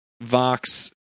Vox